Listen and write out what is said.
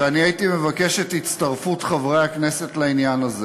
ואני הייתי מבקש את הצטרפות חברי הכנסת לעניין הזה,